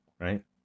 right